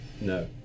No